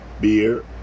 beer